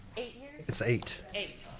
eight years? it's eight! eight,